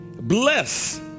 Bless